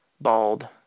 bald